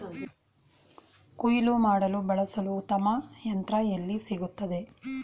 ಕುಯ್ಲು ಮಾಡಲು ಬಳಸಲು ಉತ್ತಮ ಯಂತ್ರ ಎಲ್ಲಿ ಸಿಗುತ್ತದೆ?